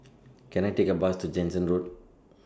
Can I Take A Bus to Jansen Road